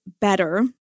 better